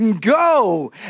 go